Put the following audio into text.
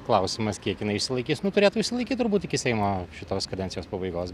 klausimas kiek jinai išsilaikys nu turėtų išsilaikyt turbūt iki seimo šitos kadencijos pabaigos